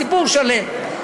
סיפור שלם.